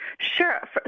Sure